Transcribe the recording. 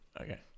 okay